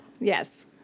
Yes